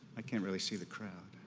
i can't really see the crowd.